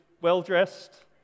well-dressed